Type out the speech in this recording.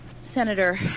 Senator